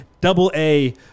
double-A